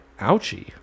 Ouchie